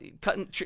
cutting